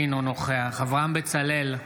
אינו נוכח אברהם בצלאל,